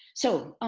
so